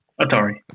Atari